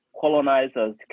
colonizers